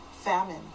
famine